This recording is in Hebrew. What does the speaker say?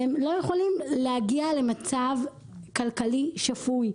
והם לא יכולים להגיע למצב כלכלי שפוי.